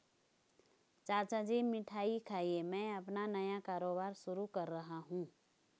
चाचा जी मिठाई खाइए मैं अपना नया कारोबार शुरू कर रहा हूं